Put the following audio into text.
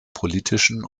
politischen